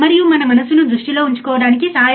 output 0 ఉండాలి సరే